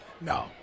No